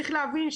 צריך להבין,